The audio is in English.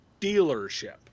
dealership